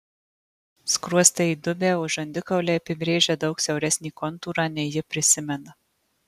skruostai įdubę o žandikauliai apibrėžia daug siauresnį kontūrą nei ji prisimena